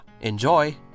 Enjoy